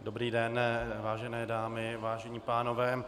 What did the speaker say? Dobrý den, vážené dámy, vážení pánové.